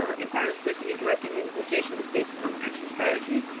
ah mpart is basically directing the implementation of the state's um action strategy,